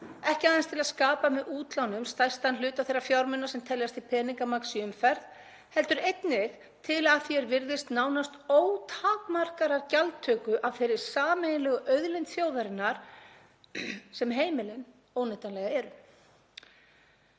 ekki aðeins til að skapa með útlánum stærstan hluta þeirra fjármuna sem teljast til peningamagns í umferð heldur einnig til, að því er virðist, nánast ótakmarkaðrar gjaldtöku af þeirri sameiginlegu auðlind þjóðarinnar sem heimilin óneitanlega eru.